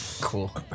Cool